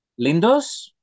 Lindos